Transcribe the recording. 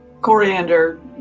Coriander